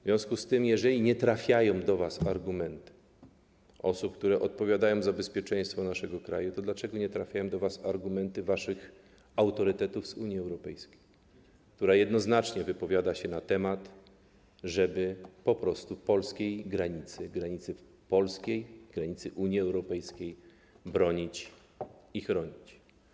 W związku z tym, jeżeli nie trafiają do was argumenty osób, które odpowiadają za bezpieczeństwo naszego kraju, to dlaczego nie trafiają do was argumenty waszych autorytetów z Unii Europejskiej, która jednoznacznie wypowiada się na ten temat, wskazując, żeby po prostu granicy polskiej, granicy Unii Europejskiej bronić i ją chronić.